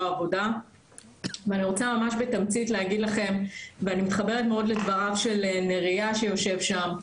העבודה ואני מתחברת מאוד לדבריו של נריה שיושב שם,